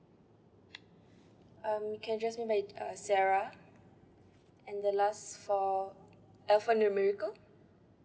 um you can address me by uh sarah and the last four alphanumerical